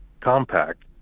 compact